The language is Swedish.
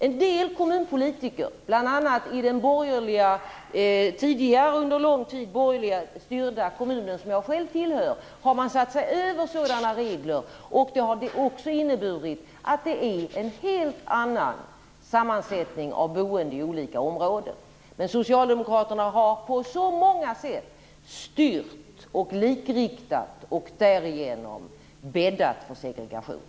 En del kommunpolitiker, bl.a. i den tidigare under lång tid borgerligt styrda kommun som jag själv tillhör, har satt sig över sådana regler. Det har inneburit att det är en helt annan sammansättning av boende i olika områden. Men socialdemokraterna har på så många sätt styrt och likriktat och därigenom bäddat för segregation.